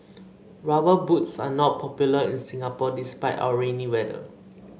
rubber boots are not popular in Singapore despite our rainy weather